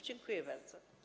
Dziękuję bardzo.